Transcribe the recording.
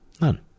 None